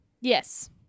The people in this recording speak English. yes